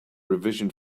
revision